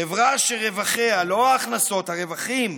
חברה שרווחיה, לא ההכנסות, הרווחים,